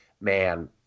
man